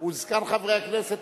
הוא זקן חברי הכנסת.